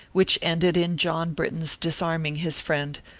which ended in john britton's disarming his friend,